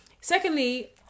Secondly